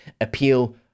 appeal